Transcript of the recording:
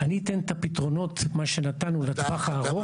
אני אתן את הפתרונות מה שנתנו לטווח הארוך.